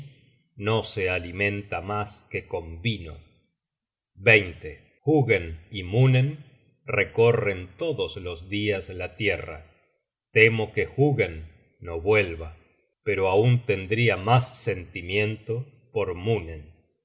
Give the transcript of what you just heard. no se alimenta mas que con vino hugen y munen recorren todos los dias la tierra temo que hugen no vuelva pero aun tendria mas sentimiento